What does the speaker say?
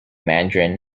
mandarin